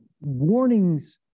warnings